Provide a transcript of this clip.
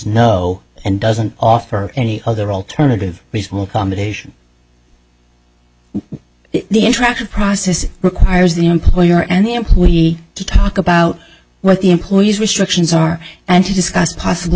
no and doesn't offer any other alternative reasonable accommodation the interactive process requires the employer and the employee to talk about what the employees restrictions are and to discuss possible